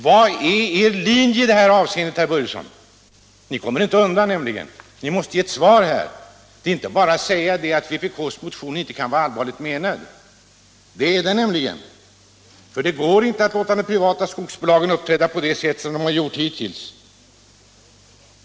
Vilken är då er linje, herr Börjesson? Ni kommer inte undan, ni måste ge ett svar. Det räcker inte med att säga att vpk:s motion inte kan vara allvarligt menad. Det är den nämligen. Det går inte att låta de privata skogsbolagen uppträda på det sätt som de har gjort hittills.